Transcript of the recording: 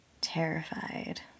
terrified